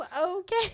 Okay